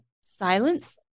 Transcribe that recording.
silence